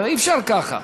אי-אפשר ככה.